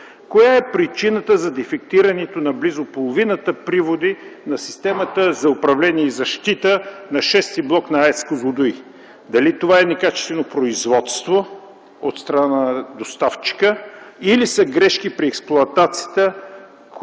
коя е причината за дефектирането на близо половината от приводи на системата за управление и защита на VІ блок на АЕЦ „Козлодуй”? Дали това е некачествено производство от страна на доставчика, или са грешки при експлоатацията,